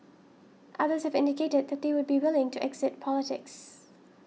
others have indicated that they would be willing to exit politics